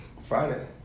Friday